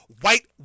white